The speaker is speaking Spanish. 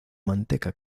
manteca